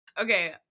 okay